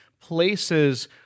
places